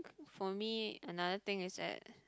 for me another thing is that